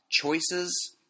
choices